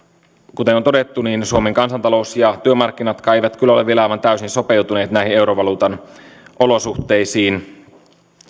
kuten on todettu suomen kansantalous ja työmarkkinatkaan eivät kyllä ole vielä aivan täysin sopeutuneet näihin eurovaluutan olosuhteisiin